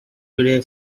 today